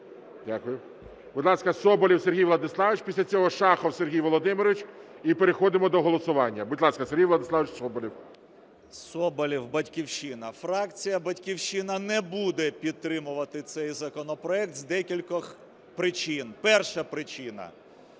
Дякую. Будь ласка, Соболєв Сергій Владиславович. Після цього Шахов Сергій Володимирович. І переходимо до голосування. Будь ласка, Сергій Владиславович Соболєв. 10:37:52 СОБОЛЄВ С.В. Соболєв, "Батьківщина". Фракція "Батьківщина" не буде підтримувати цей законопроект з декількох причин. Перша причина.